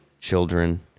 children